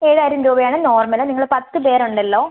ഏഴായിരം രൂപ ആണ് നോർമല് നിങ്ങൾ പത്ത് പേരുണ്ടല്ലോ